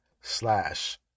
slash